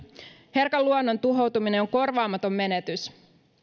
herkän luonnon tuhoutuminen on korvaamaton menetys